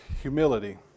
humility